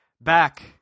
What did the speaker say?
Back